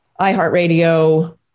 iHeartRadio